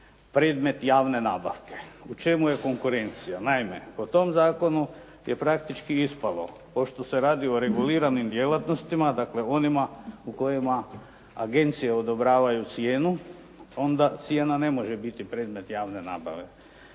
predmet javne nabavke. U čemu je konkurencija? Naime, po tom zakonu je praktički ispalo, pošto se radi o reguliranim djelatnostima, dakle o onima u kojima agencije odobravaju cijenu, onda cijena ne može biti predmet javne nabave.